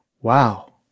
wow